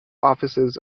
offices